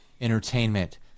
entertainment